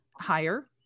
higher